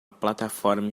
plataforma